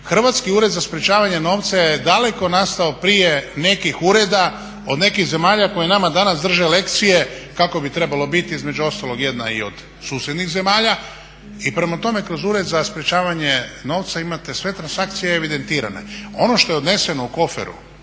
Hrvatski ured za sprečavanje novaca je daleko nastao prije nekih ureda od nekih zemalja koje nama danas drže lekcije kako bi trebalo biti, između ostalog jedna i od susjednih zemalja i prema tome kroz Ured za sprečavanje novca imate sve transakcije evidentirane. Ono što je odneseno u koferu